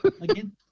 Again